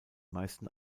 meisten